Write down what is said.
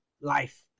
life